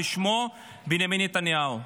ושמו בנימין נתניהו,